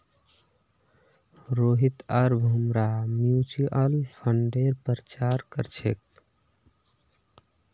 रोहित आर भूमरा म्यूच्यूअल फंडेर प्रचार कर छेक